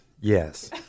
yes